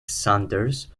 sanders